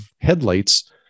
headlights